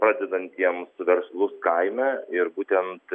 pradedantiems verslus kaime ir būtent